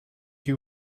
you